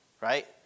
Right